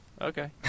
Okay